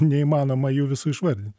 neįmanoma jų visų išvardint